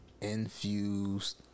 Infused